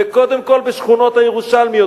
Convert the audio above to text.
וקודם כול בשכונות הירושלמיות,